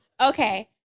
Okay